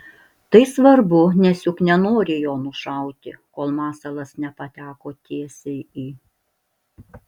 tai svarbu nes juk nenori jo nušauti kol masalas nepateko tiesiai į